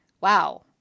wow